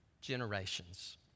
generations